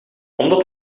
omdat